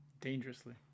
Dangerously